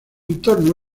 entorno